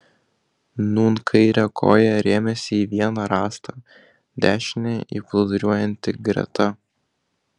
nūn kaire koja rėmėsi į vieną rąstą dešine į plūduriuojantį greta